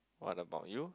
what about you